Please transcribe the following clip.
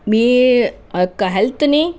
మీ యొక్క హెల్త్ని